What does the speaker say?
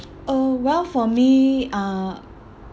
uh well for me uh